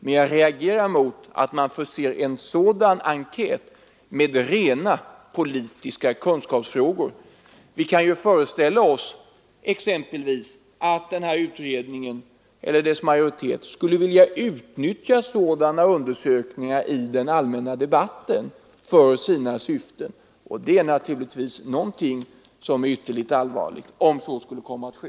Men jag reagerar mot att man förser en sådan enkät med rena politiska kunskapsfrågor. Vi kan exempelvis föreställa oss konsekvenserna för den händelse att utredningen eller dess majoritet skulle vilja utnyttja sådana undersökningar i den allmänna debatten för särskilda syften. Det vore ytterligt allvarligt om så skulle komma att ske.